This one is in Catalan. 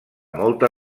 moltes